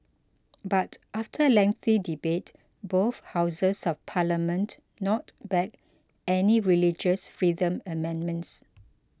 but after lengthy debate both houses of parliament knocked back any religious freedom amendments